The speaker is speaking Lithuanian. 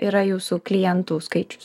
yra jūsų klientų skaičius